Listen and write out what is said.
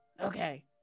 Okay